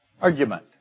argument